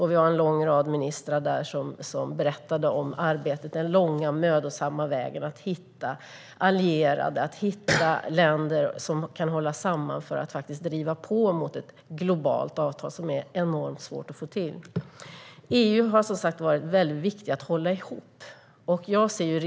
Vi hade en lång rad ministrar där som berättade om arbetet - den långsamma mödosamma vägen för att hitta allierade, hitta länder som kan hålla samman för att driva på mot ett globalt avtal som är enormt svårt att få till. Det har som sagt varit viktigt att hålla ihop EU.